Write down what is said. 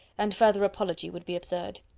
and further apology would be absurd.